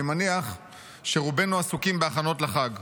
אני מניח שרובנו עסוקים בהכנות לחג.